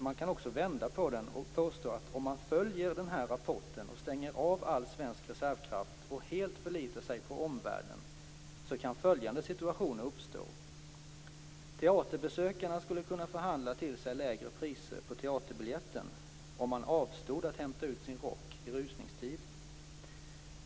Man kan också vända på liknelsen och påstå att om man följer rapporten och stänger av all svensk reservkraft och helt förlitar sig på omvärlden, så kan följande situationer uppstå: Teaterbesökarna skulle kunna förhandla till sig lägre priser på teaterbiljetten om man avstod att hämta ut sin rock i rusningstid.